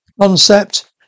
concept